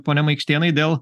pone maikštėnai dėl